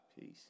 Peace